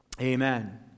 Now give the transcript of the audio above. amen